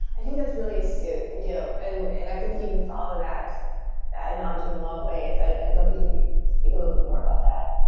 i think that's really a stoof, i do. and and i think you can follow that that analogy in long ways. i'd love to hear you speak a little bit more about that.